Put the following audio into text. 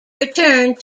returned